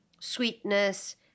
sweetness